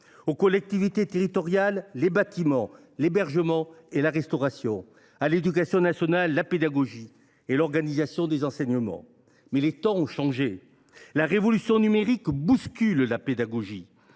Aux collectivités territoriales les bâtiments, l’hébergement et la restauration ; à l’éducation nationale la pédagogie et l’organisation des enseignements. Mais les temps ont changé ! La révolution numérique bouscule la pédagogie.